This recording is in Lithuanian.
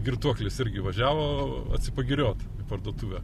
girtuoklis irgi važiavo atsipagiriot parduotuvę